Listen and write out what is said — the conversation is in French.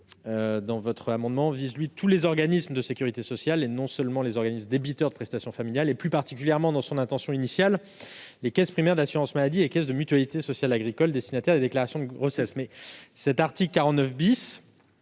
monsieur le rapporteur, vise tous les organismes de sécurité sociale, pas seulement ceux qui sont débiteurs de prestations familiales, et plus particulièrement, dans son intention initiale, les caisses primaires d'assurance maladie et les caisses de mutualité sociale agricole destinataires des déclarations de grossesse.